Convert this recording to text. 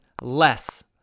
less